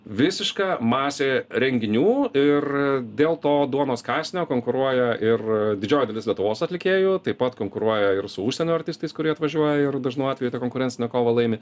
visiška masė renginių ir dėl to duonos kąsnio konkuruoja ir didžioji dalis lietuvos atlikėjų taip pat konkuruoja ir su užsienio artistais kurie atvažiuoja ir dažnu atveju tą konkurencinę kovą laimi